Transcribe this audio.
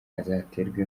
azaterwa